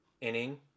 inning